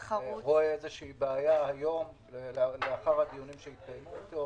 איזו שהיא בעיה לאחר הדיונים שהתקיימו איתו.